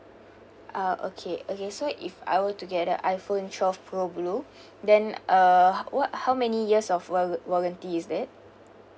ah okay okay so if I were to get a iphone twelve pro blue then uh how what how many years of warra~ warranty is that